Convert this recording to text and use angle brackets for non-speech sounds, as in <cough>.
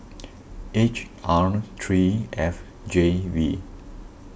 <noise> H R three F J V